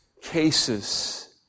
cases